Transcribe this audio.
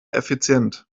effizient